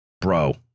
bro